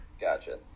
Gotcha